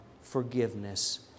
forgiveness